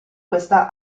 questa